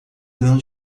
grão